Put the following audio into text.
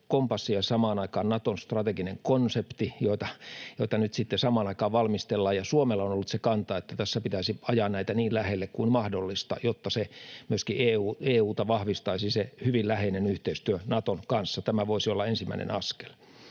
kompassi ja samaan aikaan Naton strateginen konsepti, joita nyt sitten samaan aikaan valmistellaan, ja Suomella on ollut se kanta, että tässä pitäisi ajaa näitä niin lähelle kuin mahdollista, jotta myöskin EU:ta vahvistaisi se hyvin läheinen yhteistyö Naton kanssa. Tämä voisi olla ensimmäinen askel.